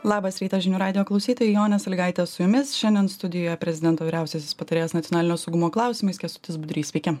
labas rytas žinių radijo klausytojai jonė salygaitė su jumis šiandien studijoje prezidento vyriausiasis patarėjas nacionalinio saugumo klausimais kęstutis budrys sveiki